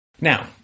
Now